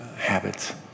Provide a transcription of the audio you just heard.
habits